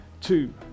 two